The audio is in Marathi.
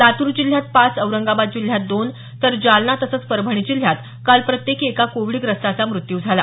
लातूर जिल्ह्यात पाच औरंगाबाद जिल्ह्यात दोन तर जालना तसंच परभणी जिल्ह्यात काल प्रत्येकी एका कोविडग्रस्ताचा मृत्यू झाला